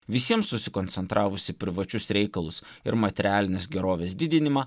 visiems susikoncentravus į privačius reikalus ir materialinės gerovės didinimą